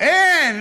אין.